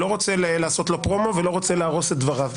אני לא רוצה לעשות לו פרומו ולא רוצה להרוס את דבריו.